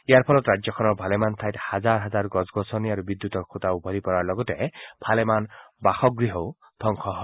ইয়াৰ ফলত ৰাজ্যখনৰ ভালেমান ঠাইত হাজাৰ হাজাৰ গছ গছনি আৰু বিদ্যুতৰ খুঁটা আদি উভালি পৰাৰ লগতে ভালমান বাসগৃহও ধবংস হয়